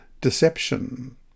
deception